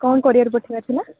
କ'ଣ କୋରିୟର୍ ପଠାଇବାର ଥିଲା